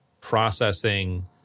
processing